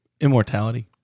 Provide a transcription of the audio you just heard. immortality